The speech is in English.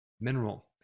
mineral